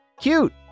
Cute